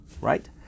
right